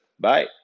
Bye